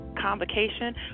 convocation